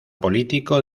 político